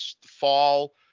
fall